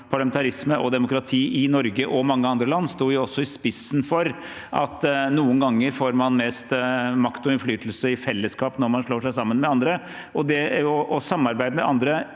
parlamentarisme og demokrati i Norge og mange andre land, sto også i spissen for at man noen ganger får mest makt og innflytelse i fellesskap, når man slår seg sammen med andre. Det å samarbeide med andre